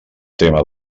tema